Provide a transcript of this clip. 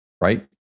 right